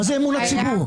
מה זה אמון הציבור?